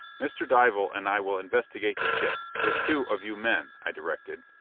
mr. dival and i will investigate the ship, with two of you men, i directed.